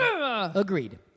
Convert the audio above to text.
Agreed